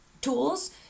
tools